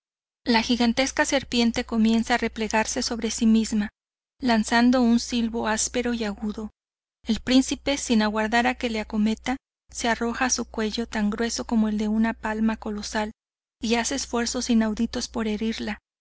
la gigantesca serpiente comienza a replegarse sobre si misma lanzando un silbo áspero y agudo el príncipe sin aguardar a que le acometa se arroja a su cuello tan grueso como el de una palma colosal y hace esfuerzos inauditos por herirla